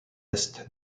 est